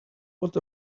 what